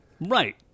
Right